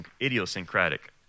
idiosyncratic